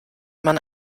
man